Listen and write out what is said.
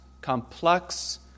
complex